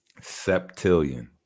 Septillion